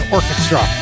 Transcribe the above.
Orchestra